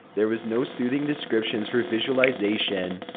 there was no soothing descriptions for visualization.